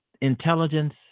intelligence